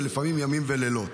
ולפעמים ימים ולילות.